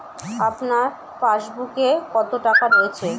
আপনার পাসবুকে কত টাকা রয়েছে?